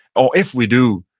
or if we do,